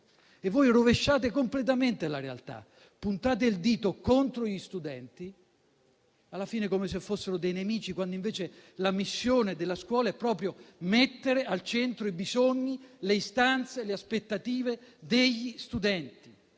voi rovesciate completamente la realtà. Puntate il dito contro gli studenti, alla fine come se fossero dei nemici, quando, invece, la missione della scuola è proprio mettere al centro i bisogni, le istanze e le aspettative degli studenti.